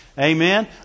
Amen